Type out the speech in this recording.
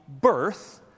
birth